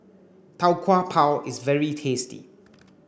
Tau Kwa Pau is very tasty